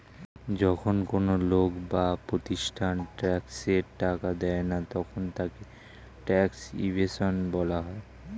যখন কোন লোক বা প্রতিষ্ঠান ট্যাক্সের টাকা দেয় না তখন তাকে ট্যাক্স ইভেশন বলা হয়